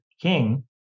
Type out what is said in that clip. king